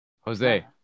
Jose